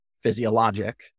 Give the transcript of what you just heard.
physiologic